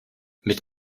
mit